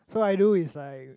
so I do is like